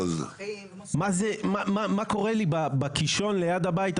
מה קורה לי בקישון ליד הבית?